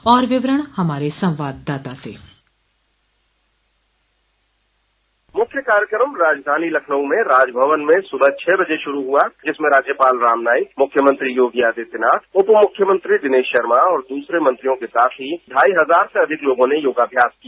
और विवरण हमारे संवाददाता से मुख्य कार्यक्रम राजधानी लखनऊ में राजभवन में सुबह छह बजे शुरू हुआ जिसमें राज्यपाल रामनाइक मुख्यमंत्री योगी आदित्यनाथ उप मुख्यमंत्री दिनेश शर्मा और दूसरे मंत्रियों के साथ ही ढाई हजार से अधिक लोगों ने योगाभ्यास किया